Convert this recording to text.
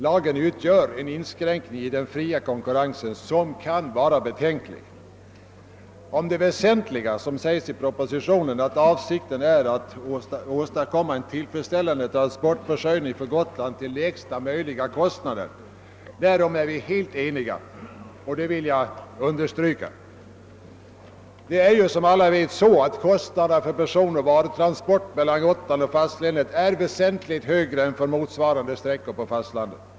Lagen utgör en inskränkning i den fria konkurrensen som kan vara betänklig. Om det väsentliga som sägs i propositionen, att avsikten är att åstadkomma en tillfredsställande transportförsörjning för Gotland till lägsta möjliga kostnader, därom är vi helt eniga, och det vill jag understryka. Det är ju som alla vet så att kostnaderna för personoch varutransporter mellan Gotland och fastlandet är väsentligt högre än för motsvarande sträckor på fastlandet.